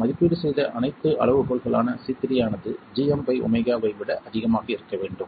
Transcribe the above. மதிப்பீடு செய்த அனைத்து அளவுகோல்களான C3 ஆனது gm பை ஒமேகா ஐ விட அதிகமாக இருக்க வேண்டும்